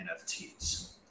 nfts